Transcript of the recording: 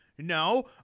No